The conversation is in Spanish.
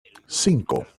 cinco